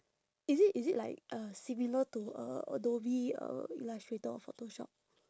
is it is it like uh similar to uh adobe uh illustrator or photoshop